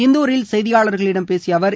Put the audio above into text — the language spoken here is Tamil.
இந்துரில் செய்தியாளர்களிடம் பேசிய அவர்